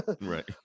Right